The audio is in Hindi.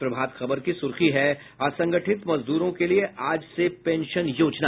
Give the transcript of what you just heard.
प्रभात खबर की सुर्खी है असंगठित मजदूरों के लिए आज से पेंशन योजना